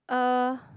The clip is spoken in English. uh